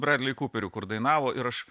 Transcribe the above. bradli kuperiu kur dainavo ir aš